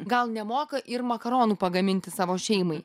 gal nemoka ir makaronų pagaminti savo šeimai